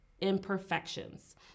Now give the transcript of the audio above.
Imperfections